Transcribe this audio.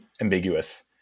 ambiguous